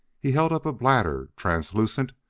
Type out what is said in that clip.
he held up a bladder, translucent,